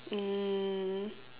um